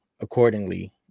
accordingly